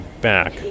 back